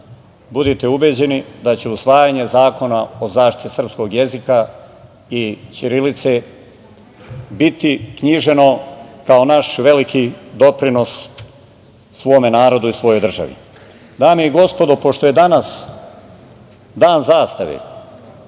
budite ubeđeni da će usvajanje Zakona o zaštiti srpskog jezika i ćirilice biti knjiženo kao naš veliki doprinos svom narodu i svojoj državi. Dame i gospodo, pošto je danas Dan zastave,